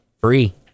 Free